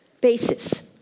basis